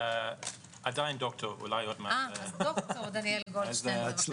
הבעיה, העלות של זה היתה 160 מיליון שקל, אם אני